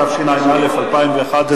התשע"א 2011,